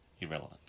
irrelevant